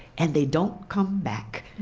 and they don't come back.